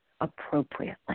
appropriately